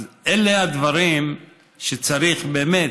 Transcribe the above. אז אלה הדברים שצריך, באמת,